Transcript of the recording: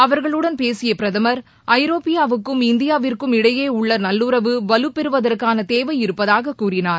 அவர்களுடன் பேசிய பிரதமர் ஐரோப்பியாவுக்கும் இந்தியாவிற்கும் இடையே உள்ள நல்லுறவு வலுப்பெறுவதற்கான தேவை இருப்பதாக கூறினார்